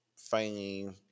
fame